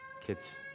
kids